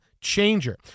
changer